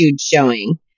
showing